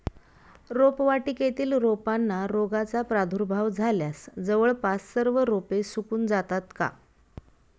रोपवाटिकेतील रोपांना रोगाचा प्रादुर्भाव झाल्यास जवळपास सर्व रोपे सुकून जातात का?